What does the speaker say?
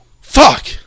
Fuck